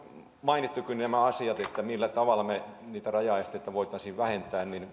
mainittukin nämä asiat millä tavalla me niitä rajaesteitä voisimme vähentää